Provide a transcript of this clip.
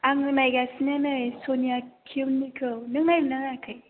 आङो नायगासिनो नै सनिया किउनिखौ नों नायदोंना नायाखै